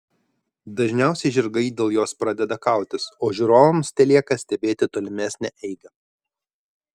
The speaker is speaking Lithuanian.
dažniausiai žirgai dėl jos pradeda kautis o žiūrovams telieka stebėti tolimesnę eigą